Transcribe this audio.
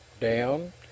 down